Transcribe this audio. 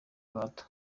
gahato